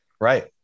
Right